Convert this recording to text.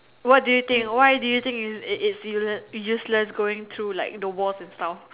what do you think why do you think is is it's use useless going through like the walls and stuff